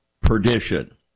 Perdition